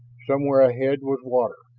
somewhere ahead was water,